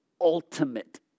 ultimate